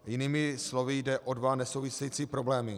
Jinými slovy jde o dva nesouvisející problémy.